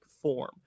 form